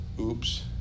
Oops